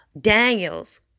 Daniel's